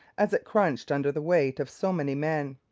as it crunched under the weight of so many men.